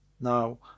now